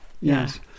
Yes